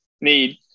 need